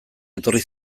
etorri